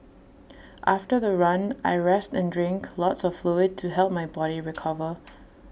after the run I rest and drink lots of fluid to help my body recover